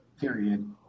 period